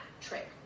trick